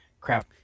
crap